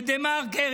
בדה-מרקר,